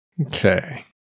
Okay